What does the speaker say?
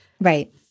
Right